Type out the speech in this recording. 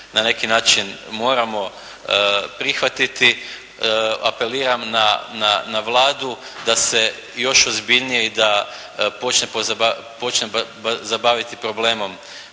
na neki način moramo prihvatiti, apeliram na Vladu da se još ozbiljnije i da počne zabaviti problemom